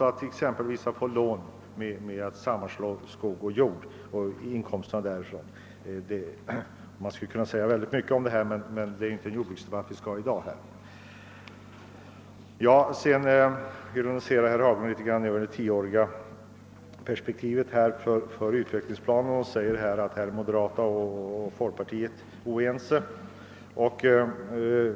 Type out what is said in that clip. De får t.ex. inte lån för sammanslagna skogsoch jordbruk, Jag skulle kunna säga mycket om detta, men det är inte en jordbruksdebatt vi skall föra i dag. Herr Haglund ironiserade litet över det tioåriga perspektivet för utvecklingsplanen och sade att moderata samlingspartiet och folkpartiet är oense.